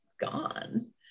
gone